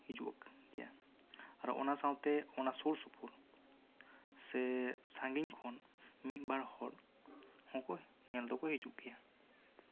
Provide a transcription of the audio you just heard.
ᱦᱤᱡᱩᱜ ᱜᱮᱭᱟ ᱟᱨᱚ ᱚᱱᱟ ᱥᱟᱶᱛᱮ ᱚᱱᱟ ᱥᱩᱨ ᱥᱩᱯᱩᱨ ᱥᱮ ᱥᱟᱹᱜᱤᱧ ᱠᱷᱚᱱ ᱢᱤᱫ ᱵᱟᱨ ᱦᱚᱲ ᱦᱚᱸᱠᱚ ᱧᱮᱞ ᱫᱚᱠᱚ ᱦᱤᱡᱩᱜ ᱜᱮᱭᱟ